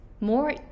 more